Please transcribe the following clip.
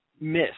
miss